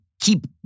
keep